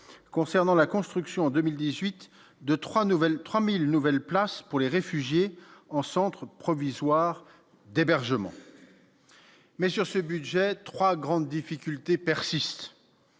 concernant la construction en 2018, 2, 3 nouvelles 3000 nouvelles places pour les réfugiés en centre provisoire des berges ment. Mais sur ce budget 3 grandes difficultés persistent,